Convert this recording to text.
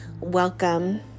welcome